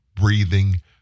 breathing